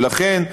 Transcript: ולכן,